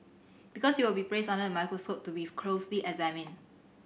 because you will be placed under the microscope to be closely examined